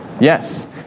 Yes